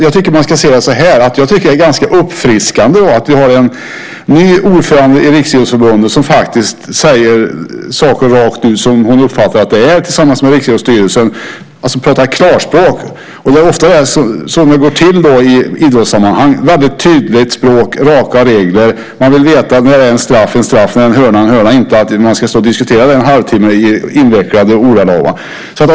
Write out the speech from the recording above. Jag tycker att man kan säga så här: Det är ganska uppfriskande att vi har en ny ordförande i Riksidrottsförbundet som säger saker rakt ut så som hon uppfattar att det är, tillsammans med Riksidrottsstyrelsen. Hon pratar klarspråk. Det är ofta så det går till i idrottssammanhang. Det är väldigt tydligt språk, raka regler. Man vill veta när straff är straff, när en hörna är en hörna. Man vill inte diskutera det i en halvtimme i invecklade ordalag.